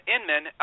Inman